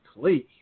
please